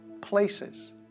places